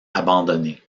abandonné